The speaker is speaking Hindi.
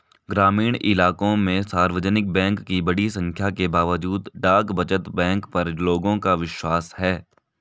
ग्रामीण इलाकों में सार्वजनिक बैंक की बड़ी संख्या के बावजूद डाक बचत बैंक पर लोगों का विश्वास है